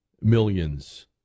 millions